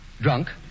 Drunk